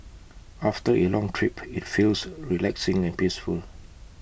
after A long trip IT feels relaxing and peaceful